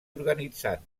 organitzant